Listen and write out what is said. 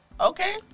Okay